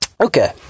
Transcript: Okay